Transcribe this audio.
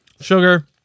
Sugar